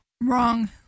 wrong